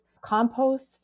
compost